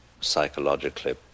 psychologically